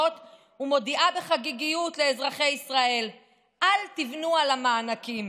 ומודיעה בחגיגיות לאזרחי ישראל: אל תבנו על המענקים,